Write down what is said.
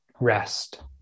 rest